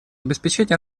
обеспечение